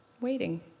waiting